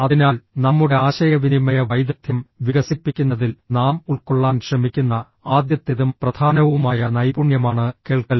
അതിനാൽ നമ്മുടെ ആശയവിനിമയ വൈദഗ്ദ്ധ്യം വികസിപ്പിക്കുന്നതിൽ നാം ഉൾക്കൊള്ളാൻ ശ്രമിക്കുന്ന ആദ്യത്തേതും പ്രധാനവുമായ നൈപുണ്യമാണ് കേൾക്കൽ